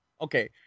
Okay